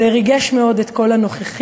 זה ריגש מאוד את כל הנוכחים.